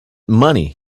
money